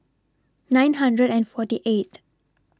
nine hundred and forty eighth